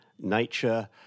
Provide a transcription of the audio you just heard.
nature